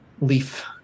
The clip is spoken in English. leaf